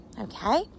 okay